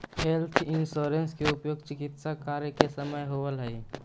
health insurance के उपयोग चिकित्स कार्य के समय होवऽ हई